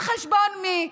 על חשבון מי?